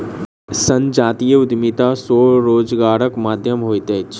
संजातीय उद्यमिता स्वरोजगारक माध्यम होइत अछि